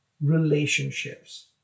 Relationships